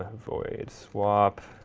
void swap,